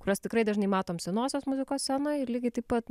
kuriuos tikrai dažnai matom senosios muzikos scenoj ir lygiai taip pat